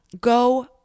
go